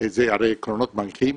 אלה עקרונות מנחים,